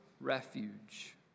refuge